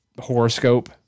horoscope